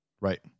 Right